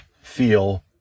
feel